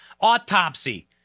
autopsy